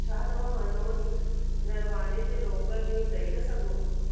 छा तव्हां मनोज नरवाने ते लोकल न्यूज़ ॾेई था सघो